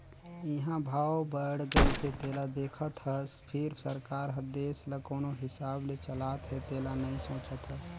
इंहा भाव बड़ गइसे तेला देखत हस फिर सरकार हर देश ल कोन हिसाब ले चलात हे तेला नइ सोचत हस